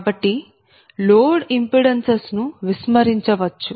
కాబట్టి load impedances ను విస్మరించవచ్చు